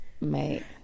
mate